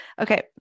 Okay